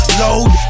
load